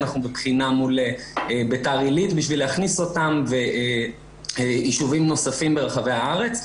אנחנו בבחינה בשביל להכניס אותם וישובים נוספים ברחבי הארץ,